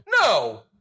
no